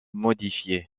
modifié